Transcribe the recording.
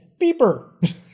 Beeper